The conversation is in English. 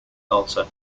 elsa